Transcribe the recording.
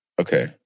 Okay